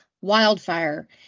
wildfire